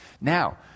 Now